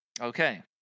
Okay